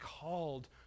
called